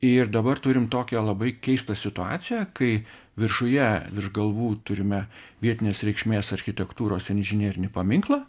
ir dabar turim tokią labai keistą situaciją kai viršuje virš galvų turime vietinės reikšmės architektūros inžinerinį paminklą